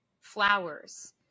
flowers